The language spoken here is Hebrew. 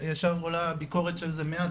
ישר עולה ביקורת שזה מעט,